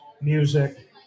music